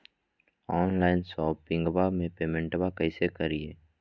Online शोपिंगबा में पेमेंटबा कैसे करिए?